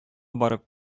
барып